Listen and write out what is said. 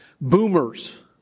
boomers